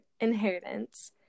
inheritance